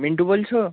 মিন্টু বলছো